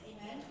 Amen